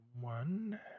one